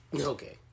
okay